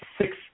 six